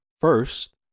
first